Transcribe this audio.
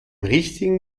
richtigen